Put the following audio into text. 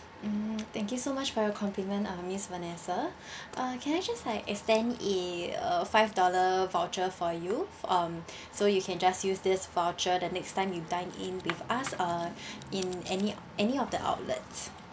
mm thank you so much for your compliment uh ms vanessa uh can I just like extend a a five dollar voucher for you um so you can just use this voucher the next time you dine in with us uh in any any of the outlets